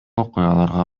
окуяларга